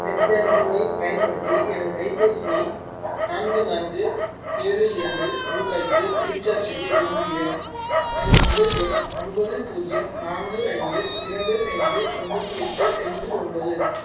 net பேங்கிங்கைப் பயன்படுத்தி எனது கைப்பேசியை நான்கு நான்கு ஏழு இரண்டு ரூபாய்க்கு ரீசார்ஜ் செய்ய விரும்புகின்றேன் எனது மொபைல் எண் ஒன்பது பூஜ்ஜியம் நான்கு ஐந்து இரண்டு ஐந்து ஒன்பது எட்டு ஐந்து ஒன்பது